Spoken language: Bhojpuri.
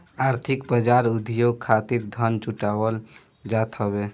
आर्थिक बाजार उद्योग खातिर धन जुटावल जात हवे